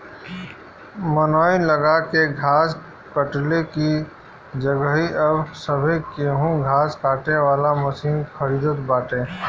मनई लगा के घास कटले की जगही अब सभे केहू घास काटे वाला मशीन खरीदत बाटे